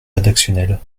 rédactionnel